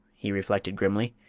he reflected grimly,